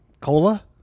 cola